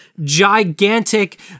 gigantic